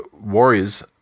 Warriors